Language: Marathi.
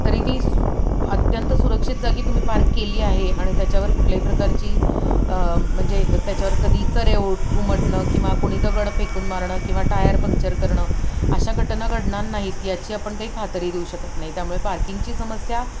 तरी ती सु अत्यंत सुरक्षित जागी तुम्ही पार्क केली आहे आणि त्याच्यावर कुठल्याही प्रकारची म्हणजे त्याच्यावर कधी चरे उट उमटणं किंवा कोणी दगडं फेकून मारणं किंवा टायर फंक्चर करणं अशा घटना घडणार नाहीत याची आपण काही खात्री देऊ शकत नाही त्यामुळे पार्किंगची समस्या